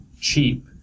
cheap